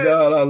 God